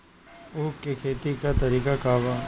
उख के खेती का तरीका का बा?